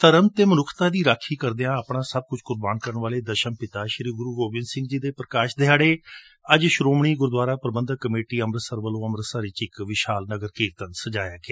ਧਰਮ ਅਤੇ ਮਨੁੱਖਤਾ ਦੀ ਰਾਖੀ ਕਰਦਿਆਂ ਆਪਣਾ ਸਭ ਕੁਝ ਕੁਰਬਾਨ ਕਰਨ ਵਾਲੇ ਦਸ਼ਮਪਿਤਾ ਗੁਰੂ ਗੋਬਿੰਦ ਸਿੰਘ ਜੀ ਦੇ ਪ੍ਰਕਾਸ਼ ਦਿਹਾੜੇ ਅੱਜ ਸ੍ਰੋਮਣੀ ਗੁਰਦੁਆਰਾ ਪ੍ਰਬੰਧਕ ਕਮੇਟੀ ਅੰਮ੍ਰਿਤਸਰ ਵੱਲੋਂ ਅੰਮ੍ਰਿਤਸਰ ਵਿਚ ਇਕ ਵਿਸ਼ਾਲ ਨਗਰ ਕੀਰਤਨ ਸਜਾਇਆ ਗਿਆ